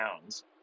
pounds